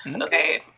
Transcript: Okay